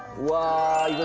wow,